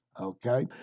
okay